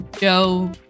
Joe